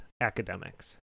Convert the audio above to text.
academics